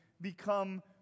become